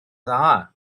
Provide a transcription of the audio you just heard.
dda